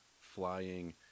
flying